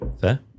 fair